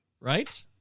right